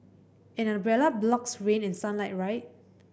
an umbrella blocks rain and sunlight right